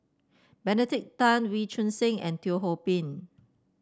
Benedict Tan Wee Choon Seng and Teo Ho Pin